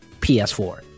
ps4